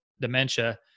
dementia